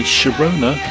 Sharona